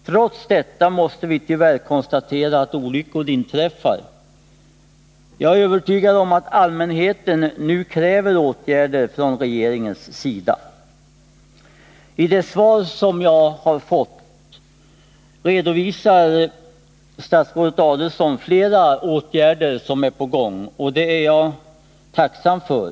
Trots detta måste vi tyvärr konstatera att olyckor inträffar. Jag är övertygad om att allmänheten nu kräver åtgärder från regeringens sida. I det svar som jag har fått redovisar statsrådet Adelsohn flera åtgärder som är på gång. Det är jag tacksam för.